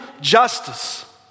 justice